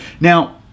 Now